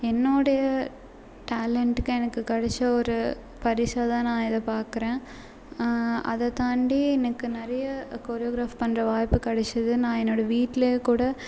என்னோடய டேலண்டுக்கு எனக்கு கிடைச்ச ஒரு பரிசாக தான் நான் இத பார்க்குறேன் அதை தாண்டி எனக்கு நிறைய கொரியோகிராஃப் பண்ணுற வாய்ப்பு கிடச்சிது நான் என்னோடய வீட்டிலயே கூட